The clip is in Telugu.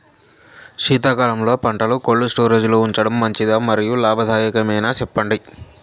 శీతాకాలంలో పంటలు కోల్డ్ స్టోరేజ్ లో ఉంచడం మంచిదా? మరియు లాభదాయకమేనా, సెప్పండి